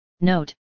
Note